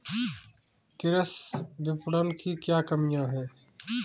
कृषि विपणन की क्या कमियाँ हैं?